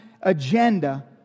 agenda